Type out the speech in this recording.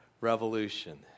revolution